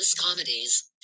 Comedies